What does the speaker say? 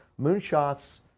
moonshots